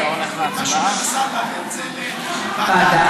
להעביר את זה לוועדת